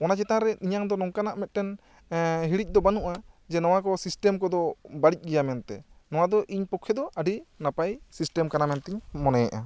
ᱚᱱᱟ ᱪᱮᱲᱛᱟᱱ ᱨᱮ ᱤᱧᱟᱹᱝ ᱫᱚ ᱱᱚᱝᱠᱟᱱᱟᱜ ᱢᱤᱫᱴᱮᱱ ᱦᱤᱲᱤᱡ ᱫᱚ ᱵᱟᱹᱱᱩᱜᱼᱟ ᱡᱮ ᱱᱚᱣᱟ ᱠᱚ ᱥᱤᱥᱴᱮᱢ ᱠᱚᱫᱚ ᱵᱟᱹᱲᱤᱡ ᱜᱮᱭᱟ ᱢᱮᱱᱛᱮ ᱱᱚᱣᱟ ᱫᱚ ᱤᱧ ᱯᱚᱠᱠᱷᱮ ᱫᱚ ᱟᱹᱰᱤ ᱱᱟᱯᱟᱭ ᱥᱤᱥᱴᱮᱢ ᱠᱟᱱᱟ ᱢᱮᱱᱛᱤᱧ ᱢᱚᱱᱮᱭᱮᱜᱼᱟ